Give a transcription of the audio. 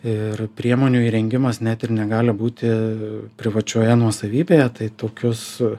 ir priemonių įrengimas net ir negali būti privačioje nuosavybėje tai tokius